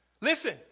Listen